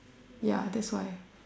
ya that's why